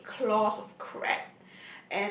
eight claws of crab